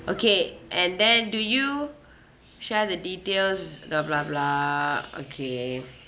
okay and then do you share the details blah blah blah okay